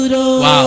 Wow